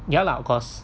ya lah of course